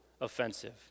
offensive